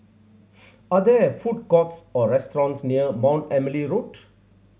are there food courts or restaurants near Mount Emily Road